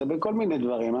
זה בכל מיני דברים,